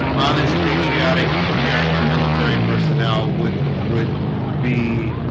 honest patriotic american military personnel would would be